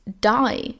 die